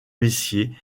messier